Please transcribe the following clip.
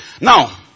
Now